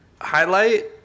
highlight